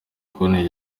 konti